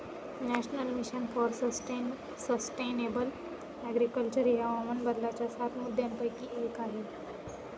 national mission for sustainable agriculture हे हवामान बदलाच्या सात मुद्यांपैकी एक आहे